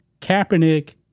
Kaepernick